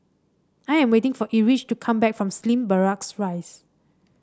I am waiting for Erich to come back from Slim Barracks Rise